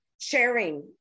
sharing